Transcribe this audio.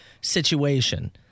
situation